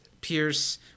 Pierce